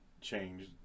changed